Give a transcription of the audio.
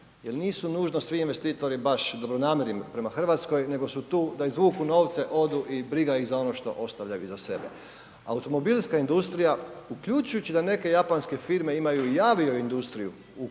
jer nisu nužno svi investitori baš dobronamjerni prema Hrvatskoj nego su tu da izvuku novce, odu i briga ih za ono što ostavljaju iza sebe. Automobilska industrija uključujući da neke japanske firme imaju i avioindustriju u